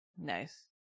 Nice